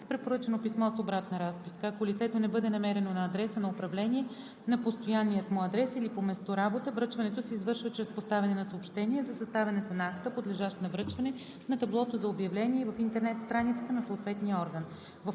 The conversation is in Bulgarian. с препоръчано писмо с обратна разписка. Ако лицето не бъде намерено на адреса на управление, на постоянния му адрес или по месторабота, връчването се извършва чрез поставяне на съобщение за съставянето на акта, подлежащ на връчване, на таблото за обявления и в интернет страницата на съответния орган. В